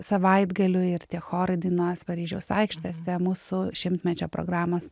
savaitgaliui ir tie chorai dainuos paryžiaus aikštėse mūsų šimtmečio programos